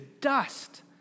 dust